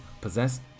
Possessed